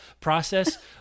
process